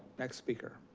next speaker.